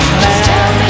man